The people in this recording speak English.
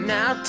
Now